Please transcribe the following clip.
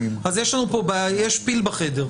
אז יש פיל בחדר.